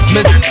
Miss